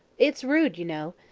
it's rude, you know.